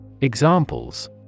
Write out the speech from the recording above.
Examples